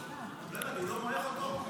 לא הבנתי, הוא לא מועך אותו?